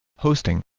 hosting